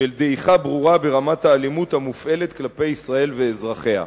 של דעיכה ברורה ברמת האלימות המופעלת כלפי ישראל ואזרחיה.